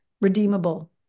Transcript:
redeemable